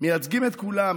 מייצגים את כולם,